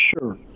Sure